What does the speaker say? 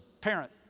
parent